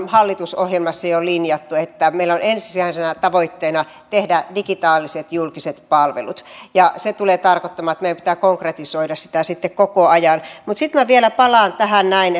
hallitusohjelmassa linjanneet että meillä on ensisijaisena tavoitteena tehdä digitaaliset julkiset palvelut se tulee tarkoittamaan sitä että meidän pitää konkretisoida sitä sitten koko ajan mutta sitten minä vielä palaan tähän näin